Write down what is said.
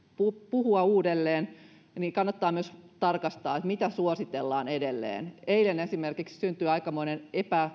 puhua uudelleen niin kannattaa myös tarkastaa mitä suositellaan edelleen eilen esimerkiksi syntyi aikamoinen